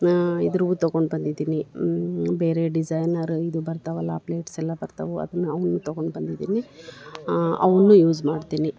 ಇದ್ರಾಗೂ ತಗೊಂಡು ಬಂದಿದ್ದೀನಿ ಬೇರೆ ಡಿಸೈನರ್ ಇದು ಬರ್ತಾವಲ್ಲ ಪ್ಲೇಟ್ಸ್ ಎಲ್ಲ ಬರ್ತವೆ ಅದನ್ನ ನಾವು ತಗೊಂಡು ಬಂದಿದ್ದೀನಿ ಅವನ್ನು ಯೂಸ್ ಮಾಡ್ತೀನಿ